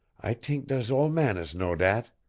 i t'ink does ole man is know dat.